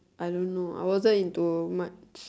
I don't know I wasn't into much